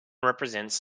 represents